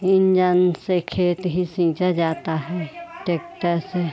engine से खेत ही सींचा जाता है टेक्टर से